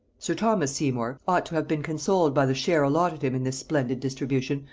sir thomas seymour ought to have been consoled by the share allotted him in this splendid distribution,